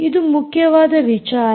ಇದು ಮುಖ್ಯವಾದ ವಿಚಾರ